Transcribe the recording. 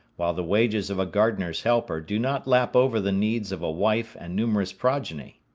while the wages of a gardener's helper do not lap over the needs of a wife and numerous progeny.